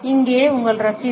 இங்கே உங்கள் ரசீது